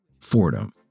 Fordham